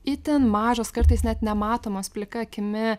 itin mažos kartais net nematomos plika akimi